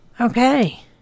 Okay